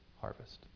harvest